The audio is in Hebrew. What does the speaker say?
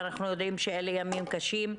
ואנחנו יודעים שאלה ימים קשים,